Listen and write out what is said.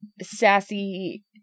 sassy